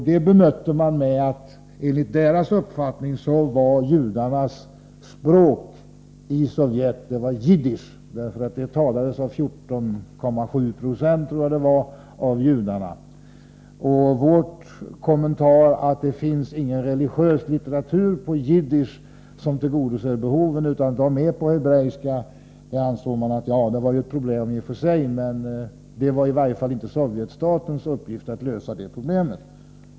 Detta bemötte man genom att säga att jiddisch enligt sovjetisk uppfattning var judarnas språk i Sovjet, eftersom det språket talas av 14,7 96 av judarna. Vår kommentar att det inte finns religiös litteratur på jiddisch som kan tillgodose behovet — all litteratur är på hebreiska — bemötte man med att konstatera att det var ett problem i och för sig, men att det i varje fall inte var sovjetstatens uppgift att lösa problemet.